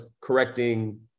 correcting